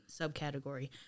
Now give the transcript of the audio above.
subcategory